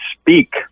speak